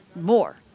more